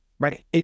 right